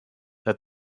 that